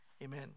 Amen